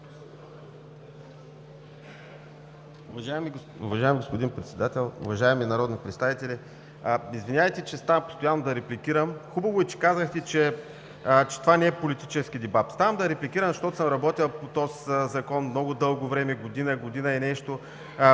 Уважаеми господин Председател, уважаеми народни представители! Извинявайте, че ставам постоянно да репликирам. Хубаво е, че казахте, че това не е политически дебат. Ставам да репликирам, защото съм работил по този Закон много дълго време – година, година и нещо.